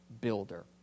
builder